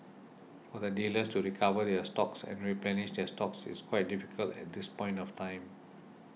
for the dealers to recover their stocks and replenish their stocks is quite difficult at this point of time